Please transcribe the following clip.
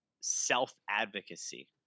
self-advocacy